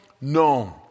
known